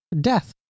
Death